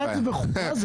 ועוד יישאר לך זמן.